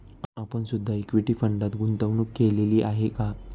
आपण सुद्धा इक्विटी फंडात गुंतवणूक केलेली आहे का?